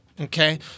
okay